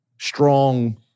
Strong